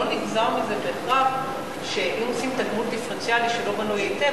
לא נגזר מזה בהכרח שאם עושים תגמול דיפרנציאלי שלא בנוי היטב,